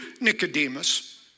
Nicodemus